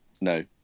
No